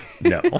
No